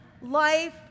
Life